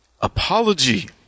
Apology